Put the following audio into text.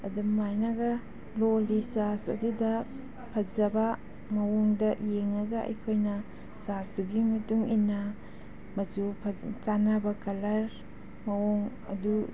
ꯑꯗꯨꯃꯥꯏꯅꯒ ꯂꯣꯜꯂꯤ ꯆꯥꯔꯖ ꯑꯗꯨꯗ ꯐꯖꯕ ꯃꯑꯣꯡꯗ ꯌꯦꯡꯉꯒ ꯑꯩꯈꯣꯏꯅ ꯆꯥꯔꯖꯇꯨꯒꯤ ꯃꯇꯨꯡ ꯏꯟꯅ ꯃꯆꯨ ꯆꯥꯟꯅꯕ ꯀꯂꯔ ꯃꯑꯣꯡ ꯑꯗꯨ